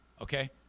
Okay